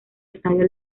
estadio